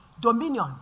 dominion